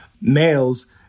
males